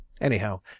Anyhow